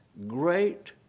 Great